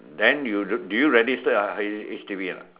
then you do you register your H_D_B or not